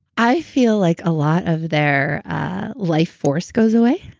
i feel like a lot of their ah life force goes away,